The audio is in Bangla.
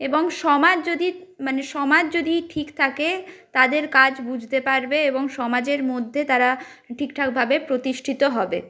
এবং সমাজ যদি মানে সমাজ যদি ঠিক থাকে তাদের কাজ বুঝতে পারবে এবং সমাজের মধ্যে তারা ঠিকঠাকভাবে প্রতিষ্ঠিত হবে